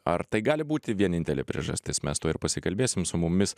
ar tai gali būti vienintelė priežastis mes tuo ir pasikalbėsim su mumis